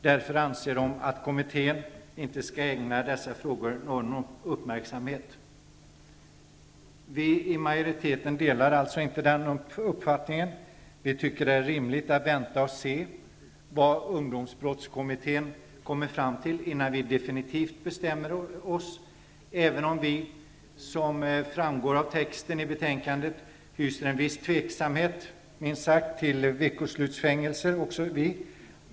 Därför anser de att kommittén inte skall ägna dessa frågor någon uppmärksamhet. Vi i majoriteten delar alltså inte den uppfattningen. Vi tycker att det är rimligt att vänta och se vad ungdomsbrottskommittén kommer fram till innan vi definitivt bestämmer oss. Som framgår av texten i betänkande hyser vi ett visst tvivel inför veckoslutsfängelser.